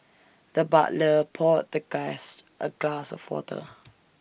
the butler poured the guest A glass of water